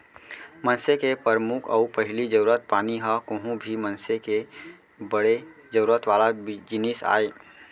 मनसे के परमुख अउ पहिली जरूरत पानी ह कोहूं भी मनसे के बड़े जरूरत वाला जिनिस आय